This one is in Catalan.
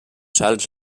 salts